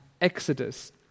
Exodus